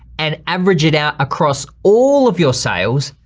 and average it out across all of your sales,